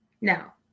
now